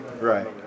right